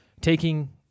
taking